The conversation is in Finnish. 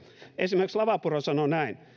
esimerkiksi lavapuro sanoi näin